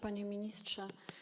Panie Ministrze!